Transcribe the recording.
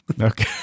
Okay